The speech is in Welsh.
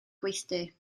gweithdy